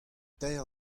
teir